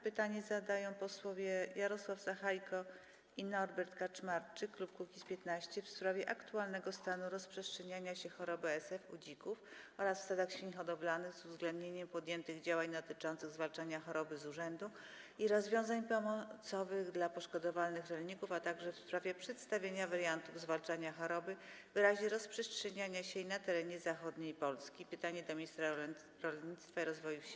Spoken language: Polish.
Pytanie zadają posłowie Jarosław Sachajko i Norbert Kaczmarczyk, klub Kukiz’15, w sprawie aktualnego stanu rozprzestrzeniania się choroby ASF u dzików oraz w stadach świń hodowlanych, z uwzględnieniem podjętych działań dotyczących zwalczania choroby z urzędu i rozwiązań pomocowych dla poszkodowanych rolników, a także w sprawie przedstawienia wariantów zwalczania choroby w razie rozprzestrzeniania się jej na terenie zachodniej Polski - pytanie do ministra rolnictwa i rozwoju wsi.